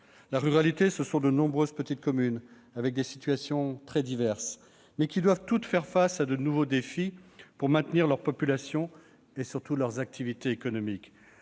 La ruralité, ce sont de nombreuses petites communes qui présentent des situations très diverses, mais qui doivent toutes faire face à de nouveaux défis pour maintenir leur population et surtout leur activité économique.